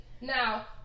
Now